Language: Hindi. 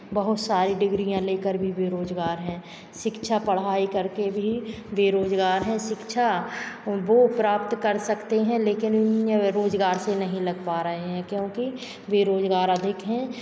बहुत सारी डिग्रियां लेकर भी बेरोजगार हैं शिक्षा पढ़ाई करके भी बेरोजगार हैं शिक्षा वो प्राप्त कर सकते हैं लेकिन उनमें अगर रोजगार से नहीं लग पा रहे हैं क्योंकि बेरोजगार अधिक हैं